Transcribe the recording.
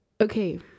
okay